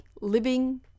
living